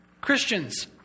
Christians